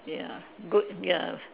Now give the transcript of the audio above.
ya good ya